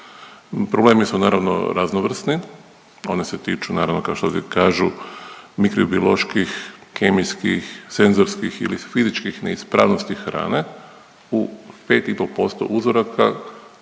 Problemi su naravno raznovrsni. Oni se tiču naravno kao što ovdje kažu mikrobioloških, kemijskih, senzorskih ili fizičkih neispravnosti hrane u 5 i pol